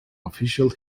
official